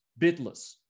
bidless